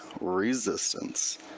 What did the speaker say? resistance